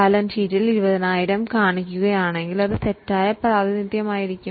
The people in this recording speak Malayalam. ബാലൻസ് ഷീറ്റിൽ നമ്മൾ 20000 കാണിക്കുന്നത് തുടരുകയാണെങ്കിൽ അത് തെറ്റായ പ്രാതിനിധ്യമായിരിക്കും